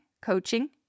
coaching